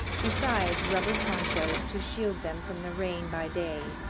besides rubber ponchos to shield them from the rain by day,